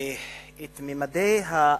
את ממדי האלימות,